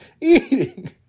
eating